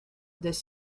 des